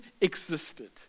existed